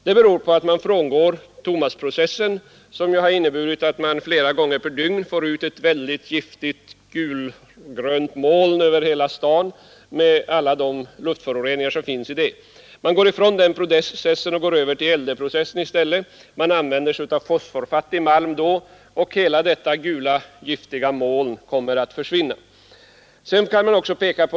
Det beror på att man frångår thomasprocessen, som ju medför att det flera gånger per dygn släpps ut ett stort giftigt gulgrönt moln över staden, med den luftförorening som därav följer. Man övergår nu till LD-processen, där man använder fosforfattig malm. Följden blir att de gulgröna giftiga molnen försvinner.